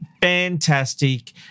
fantastic